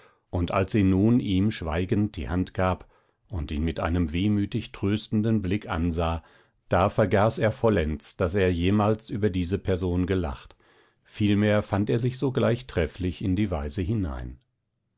und als sie nun ihm schweigend die hand gab und ihn mit einem wehmütig tröstenden blick ansah da vergaß er vollends daß er jemals über diese person gelacht vielmehr fand er sich sogleich trefflich in die weise hinein